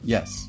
Yes